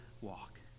walk